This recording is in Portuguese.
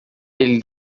ele